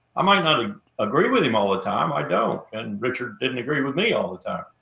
i might not ah agree with him all the time. i don't. and richard didn't agree with me all the time.